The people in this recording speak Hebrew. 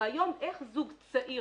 הרעיון איך זוג צעיר